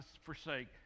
forsake